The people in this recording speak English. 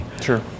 Sure